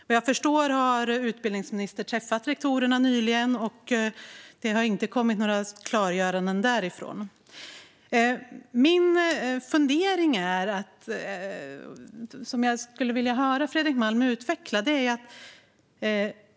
Vad jag förstår har utbildningsministern nyligen träffat rektorerna, och det har inte kommit några klargöranden därifrån. Jag funderar på något som jag skulle vilja höra Fredrik Malm utveckla.